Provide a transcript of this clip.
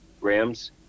Rams